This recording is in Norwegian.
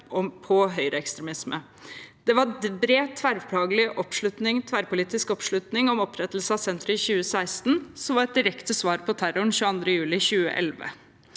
på høyreekstremisme. Det var bred tverrfaglig og tverrpolitisk oppslutning om opprettelsen av senteret i 2016, som var et direkte svar på terroren 22. juli 2011.